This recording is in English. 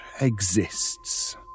exists